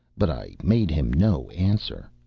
but i made him no answer.